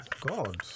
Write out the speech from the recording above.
God